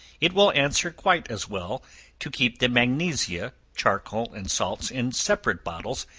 it will answer quite as well to keep the magnesia, charcoal and salts in separate bottles,